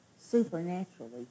supernaturally